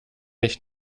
ich